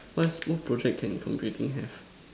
what's small project can computing have